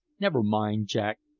never mind, jack,